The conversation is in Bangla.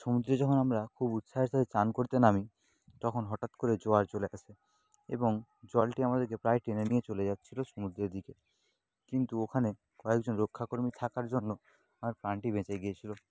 সমুদ্রে যখন আমরা খুব উচ্ছ্বাসে চান করতে নামি তখন হঠাৎ করে জোয়ার চলে আসে এবং জলটি আমাদেরকে প্রায় টেনে নিয়ে চলে যাচ্ছিলো সমুদ্রের দিকে কিন্তু ওখানে কয়েকজন রক্ষাকর্মী থাকার জন্য আমার প্রাণটি বেঁচে গিয়েছিলো